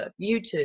YouTube